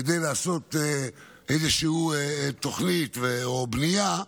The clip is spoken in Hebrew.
כדי לעשות איזושהי תוכנית או בנייה,